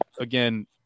again